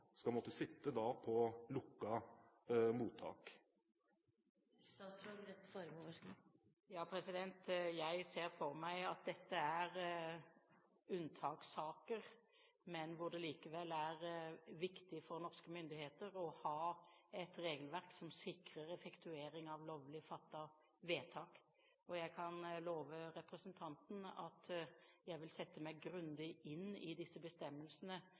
skal måtte sitte på lukket mottak? Ja, jeg ser for meg at dette er unntakssaker, men hvor det likevel er viktig for norske myndigheter å ha et regelverk som sikrer effektuering av lovlig fattede vedtak. Jeg kan love representanten at jeg vil sette meg grundig inn i disse bestemmelsene,